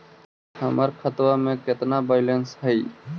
हमर खतबा में केतना बैलेंस हई?